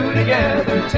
together